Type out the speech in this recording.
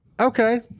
Okay